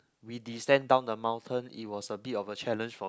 we descend down the mountain it was a bit of a challenge for